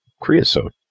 Creosote